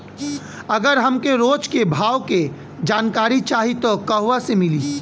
अगर हमके रोज के भाव के जानकारी चाही त कहवा से मिली?